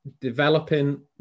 developing